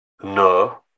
No